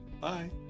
bye